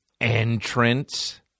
entrance